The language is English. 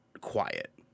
quiet